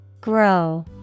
Grow